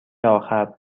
آخر